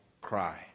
cry